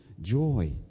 joy